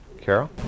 Carol